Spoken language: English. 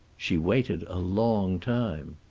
she waited a long time.